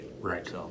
Right